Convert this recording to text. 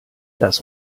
das